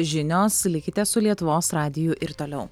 žinios likite su lietuvos radiju ir toliau